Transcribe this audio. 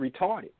retarded